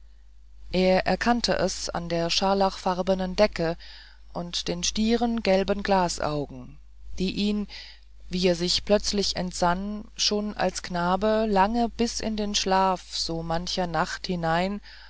er erkannte es an der scharlachfarbenen decke und den stieren gelben glasaugen die ihn wie er sich plötzlich entsann schon als knaben lange bis in den schlaf so mancher nacht hinein